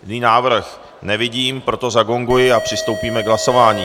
Jiný návrh nevidím, proto zagonguji a přistoupíme k hlasování.